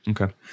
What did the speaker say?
Okay